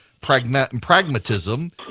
pragmatism